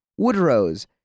Woodrose